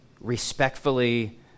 respectfully